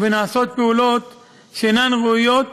ונעשות פעולות שאינן ראויות,